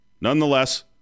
nonetheless